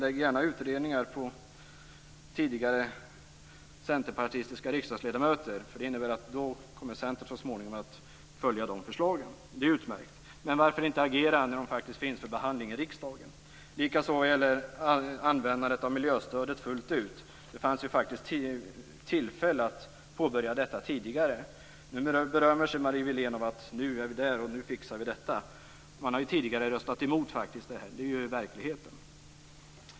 Lägg gärna utredningar på tidigare centerpartistiska riksdagsledamöter, för då kommer Centern att så småningom följa de förslagen. Det är utmärkt. Men varför inte agera då förslagen faktiskt finns för behandling i riksdagen? Samma sak gäller ett fullständigt användande av miljöstödet. Det fanns faktiskt tillfälle att påbörja detta tidigare. Marie Wilén berömmer sig av att vi är där nu och säger att vi fixar det. Centern har faktiskt tidigare röstat emot förslaget. Det är verkligheten.